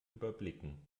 überblicken